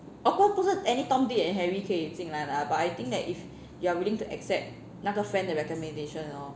of course 不是 any tom dick and harry 可以进来 lah but I think that if you are willing to accept 那个 friend that recommendation hor